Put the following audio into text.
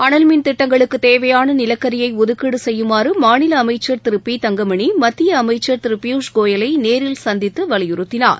அனல் மின் திட்டங்களுக்கு தேவையான நிலக்கரியை ஒதுக்கீடு செய்யுமாறு மாநில அமைச்சர் திரு பி தங்கமணி மத்திய அமைச்சர் திரு பியூஷ் கோயலை நேரில் சந்தித்து வலியுறுத்தினார்